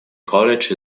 college